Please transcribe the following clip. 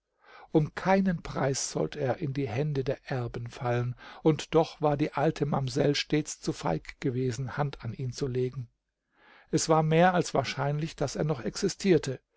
um keinen preis sollte er in die hände der erben fallen und doch war die alte mamsell stets zu feig gewesen hand an ihn zu legen es war mehr als wahrscheinlich daß er noch existierte